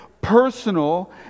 personal